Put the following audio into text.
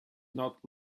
not